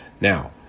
Now